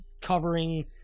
covering